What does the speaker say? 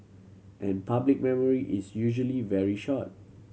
and public memory is usually very short